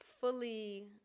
fully